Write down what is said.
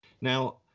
Now